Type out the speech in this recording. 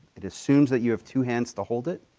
it assumes that you have two hands to hold it.